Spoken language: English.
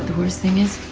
worst thing is